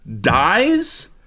dies